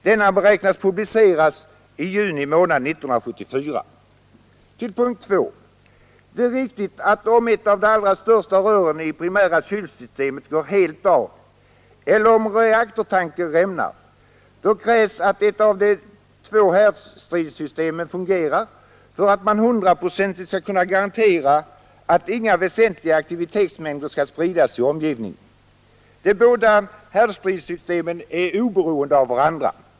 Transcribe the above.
Denna beräknas bli publicerad i juni 1974. 2. Det är riktigt att om ett av de allra största rören i det primära kylsystemet går helt av eller om reaktortanken rämnar, krävs att ett av de två härdstrilsystemen fungerar för att man hundraprocentigt skall kunna garantera att inga väsentliga aktivitetsmängder skall spridas till omgivningen. De båda härdstrilsystemen är oberoende av varandra.